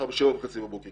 מבחינתי מחר ב07:30 בבוקר,